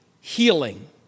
healing